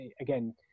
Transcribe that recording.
again